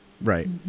Right